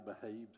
behaved